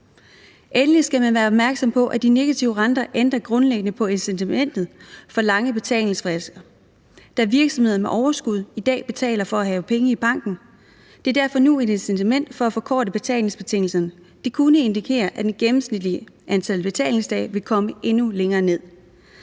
Endelig skal man være opmærksom på, at de negative rente ændrer grundlæggende på incitamentet for lange betalingsfrister, da virksomheder med overskud i dag betaler for at have penge i banken. Det er derfor nu et incitament for at forkorte betalingsbetingelserne, og det kunne indikere, at det gennemsnitlige antal betalingsdage vil komme endnu længere ned.